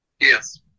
Yes